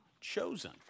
chosen